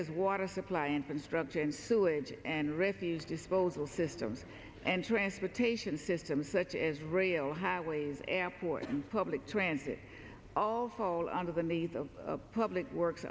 as water supply infrastructure and sewage and refuse disposal systems and transportation systems such as rail highways airports and public transit all fall under the needs of public works